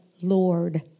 Lord